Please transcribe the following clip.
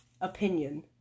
opinion